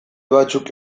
batzuk